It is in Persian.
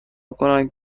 کنند